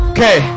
Okay